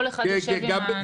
כל אחד יושב עם האנשים שלו.